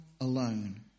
alone